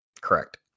Correct